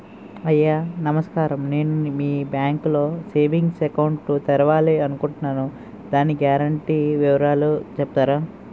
అయ్యా నమస్కారం నేను మీ బ్యాంక్ లో సేవింగ్స్ అకౌంట్ తెరవాలి అనుకుంటున్నాను దాని గ్యారంటీ వివరాలు చెప్తారా?